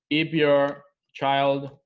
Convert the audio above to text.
keep your child